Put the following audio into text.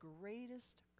greatest